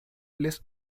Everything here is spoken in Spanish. les